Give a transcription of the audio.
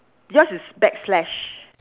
yours is back slash